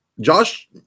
Josh